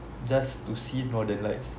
just to see northern lights